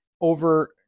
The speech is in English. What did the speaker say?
over